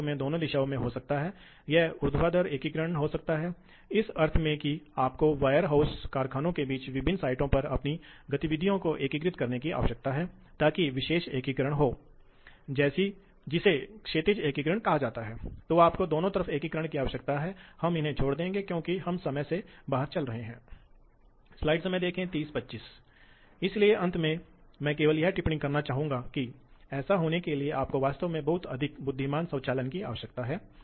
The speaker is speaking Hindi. तो हम पाठ सारांश के अंत में आ गए हैं इसलिए हम पाठ सारांश में आए हैं और इसलिए हमने क्या देखा है इसलिए हमने एक सीएनसी मशीन की बुनियादी संरचनात्मक विशेषताओं को देखा है जो बनाया है आपने देखा है कि बुनियादी है ऑपरेशनल फीचर्स यह कैसे काम करता है और हमने कार्यक्रमों की उस बुनियादी संरचना को देखा है इसलिए हमने ब्लॉकों में बुनियादी रूप देखा है और हमने ड्राइव आवश्यकताओं स्पिंडल और फीड ड्राइव के लिए विशिष्ट ड्राइव आवश्यकताओं को देखा है